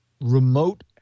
remote